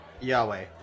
Yahweh